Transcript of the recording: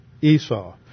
Esau